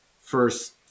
first